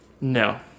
No